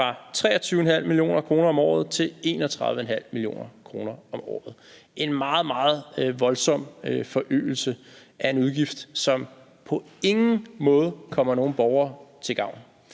fra 23,5 mio. kr. om året til 31,5 mio. kr. om året. Det er en meget, meget voldsom forøgelse af en udgift, som på ingen måde kommer nogen borgere til gavn.